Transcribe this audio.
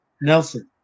Nelson